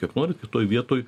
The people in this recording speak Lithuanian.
kiek norit kitoj vietoj